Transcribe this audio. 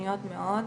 ורציניות מאוד,